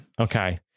Okay